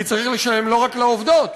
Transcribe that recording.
כי צריך לשלם לא רק לעובדות,